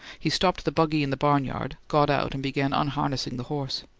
he stopped the buggy in the barnyard, got out, and began unharnessing the horse.